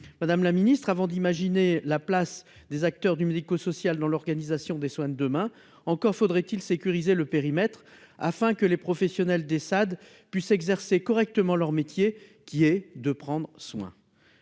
Madame la ministre, avant d'imaginer la place des acteurs du médico-social dans l'organisation des soins de demain, encore faudrait-il sécuriser le périmètre afin que les professionnels des Saad puissent exercer correctement leur métier qui est de prendre soin,